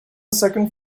second